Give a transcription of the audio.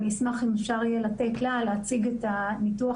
אני אשמח אם אפשר יהיה לתת לה להציג את ניתוח